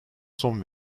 son